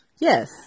Yes